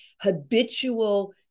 habitual